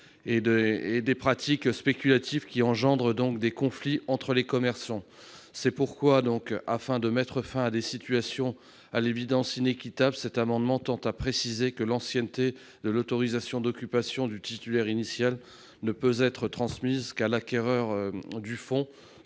et à des pratiques spéculatives qui engendrent des conflits entre les commerçants. Afin de mettre fin à des situations à l'évidence inéquitables, cet amendement tend à préciser que l'ancienneté de l'autorisation d'occupation du titulaire initial ne peut être transmise à l'acquéreur du fonds,